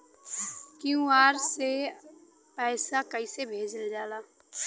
QR से पैसा कैसे भेजल जाला?